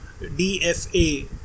DFA